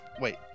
Wait